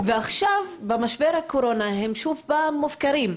ועכשיו במשבר הקורונה הם שוב מופקרים.